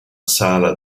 sala